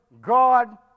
God